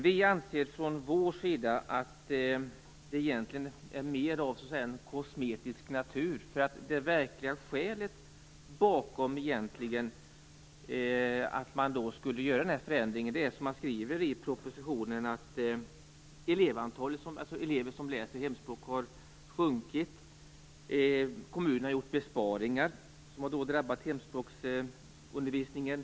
Vi anser dock att det egentligen mera är fråga om en ändring av kosmetisk natur. Det verkliga skälet till denna förändring är egentligen, som det står i propositionen, att antalet elever som läser hemspråk har minskat. Kommunerna har gjort besparingar som drabbat hemspråksundervisningen.